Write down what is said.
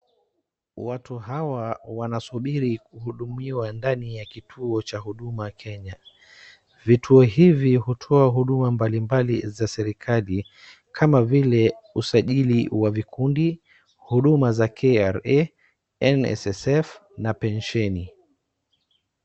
Watu hawa wanasubiri kuhudumiwa ndani ya kituo cha Huduma Kenya. Vituo hivi hutoa huduma mbalimbali za serikali kama vile usajili wa vikundi, Huduma za KRA, NSSF na pensheni.